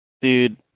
Dude